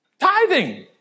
Tithing